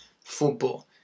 football